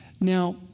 Now